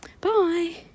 Bye